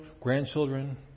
grandchildren